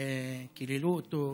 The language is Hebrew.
וקיללו אותו,